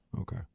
Okay